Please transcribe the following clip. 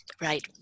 Right